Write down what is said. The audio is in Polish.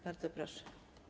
Bardzo proszę.